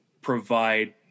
provide